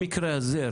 במקרה הזה,